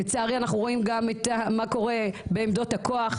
לצערי אנחנו רואים גם מה קורה בעמדות הכוח,